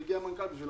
מגיע המנכ"ל.